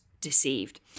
deceived